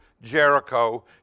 Jericho